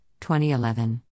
2011